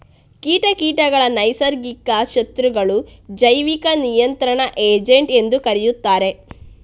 ಕೀಟ ಕೀಟಗಳ ನೈಸರ್ಗಿಕ ಶತ್ರುಗಳು, ಜೈವಿಕ ನಿಯಂತ್ರಣ ಏಜೆಂಟ್ ಎಂದೂ ಕರೆಯುತ್ತಾರೆ